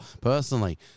personally